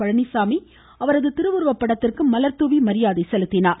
பழனிச்சாமி அவரது திருவுருவப் படத்திற்கு மலர் தூவி மரியாதை செலுத்தினார்